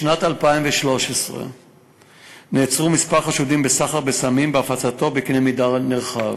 בשנת 2013 נעצרו כמה חשודים בסחר בסמים בהפצתו בקנה מידה נרחב.